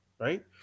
right